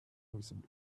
visible